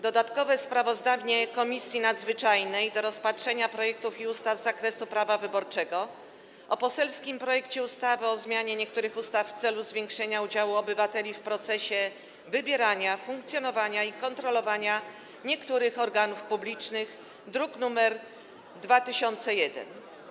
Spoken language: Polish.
Dodatkowe sprawozdanie Komisji Nadzwyczajnej do rozpatrzenia projektów ustaw z zakresu prawa wyborczego o poselskim projekcie ustawy o zmianie niektórych ustaw w celu zwiększenia udziału obywateli w procesie wybierania, funkcjonowania i kontrolowania niektórych organów publicznych, druk nr 2001.